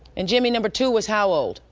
and jimmy number two was how old?